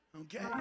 Okay